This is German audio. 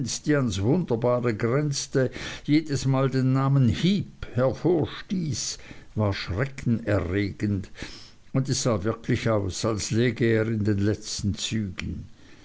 wunderbare grenzte jedes mal den namen heep hervorstieß war schreckenerregend und es sah wirklich aus als läge er in den letzten zügen